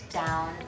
down